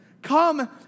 come